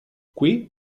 qui